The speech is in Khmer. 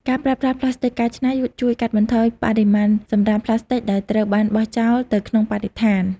ការប្រើប្រាស់ផ្លាស្ទិកកែច្នៃជួយកាត់បន្ថយបរិមាណសំរាមផ្លាស្ទិកដែលត្រូវបានបោះចោលទៅក្នុងបរិស្ថាន។